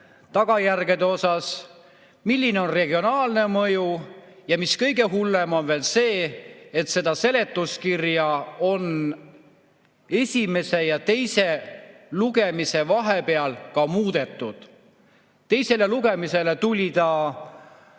tagajärgede mõttes, milline on regionaalne mõju, ja kõige hullem on veel see, et seda seletuskirja on esimese ja teise lugemise vahepeal muudetud. Teisele lugemisele tuli